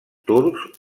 turcs